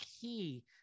key